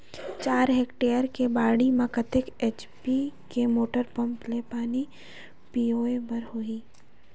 चार हेक्टेयर के बाड़ी म कतेक एच.पी के मोटर पम्म ले पानी पलोय बर होही?